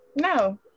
No